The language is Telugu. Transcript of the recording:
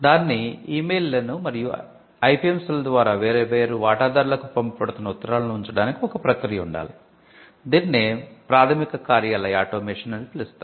అన్ని ఈమెయిల్లను మరియు ఐపిఎం సెల్ ద్వారా వేర్వేరు వాటాదారులకు పంపబడుతున్న ఉత్తరాలను ఉంచడానికి ఒక ప్రక్రియ ఉండాలి దీనినే ప్రాథమిక కార్యాలయ ఆటోమేషన్ అని పిలుస్తారు